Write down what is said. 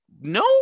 no